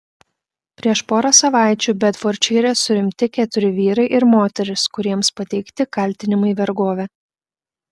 prieš porą savaičių bedfordšyre suimti keturi vyrai ir moteris kuriems pateikti kaltinimai vergove